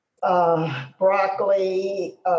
broccoli